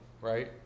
right